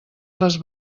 les